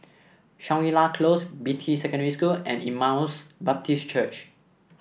Shangri La Close Beatty Secondary School and Emmaus Baptist Church